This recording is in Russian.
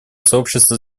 сообщества